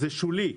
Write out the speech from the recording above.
זה שולי.